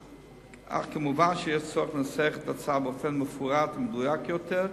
אך מובן שיש צורך לנסח את ההצעה באופן מפורט ומדויק יותר.